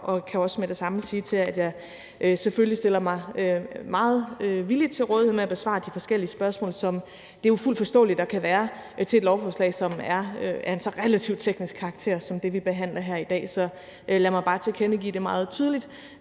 jeg kan også med det samme sige til jer, at jeg selvfølgelig stiller mig meget villigt til rådighed til at besvare de forskellige spørgsmål, som det jo er fuldt forståeligt der kan være til et lovforslag, som er af en så relativt teknisk karakter som det, vi behandler her i dag. Så lad mig bare tilkendegive det meget tydeligt